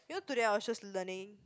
you know today I was just learning